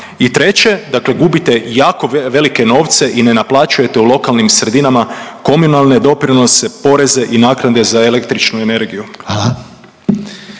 I treće dakle gubite jako velike novce i ne naplaćujete u lokalnim sredinama komunalne doprinose, poreze i naknade za električnu energiju.